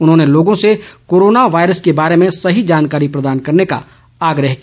उन्होंने लोगों से कोरोना वायरस के बारे में सही जानकारी प्रदान करने का आग्रह किया